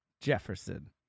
Jefferson